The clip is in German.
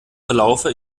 verlaufe